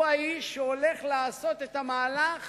הוא האיש שהולך לעשות את המהלך